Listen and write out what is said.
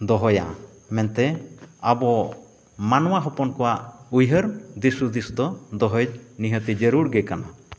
ᱫᱚᱦᱚᱭᱟ ᱢᱮᱱᱛᱮ ᱟᱵᱚ ᱢᱟᱱᱣᱟ ᱦᱚᱯᱚᱱ ᱠᱚᱣᱟᱜ ᱩᱭᱦᱟᱹᱨ ᱫᱤᱥᱼᱦᱩᱫᱤᱥ ᱫᱚ ᱫᱚᱦᱚᱭ ᱱᱤᱦᱟᱹᱛᱤ ᱜᱮ ᱡᱟᱨᱩᱲ ᱜᱮ ᱠᱟᱱᱟ